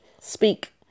speak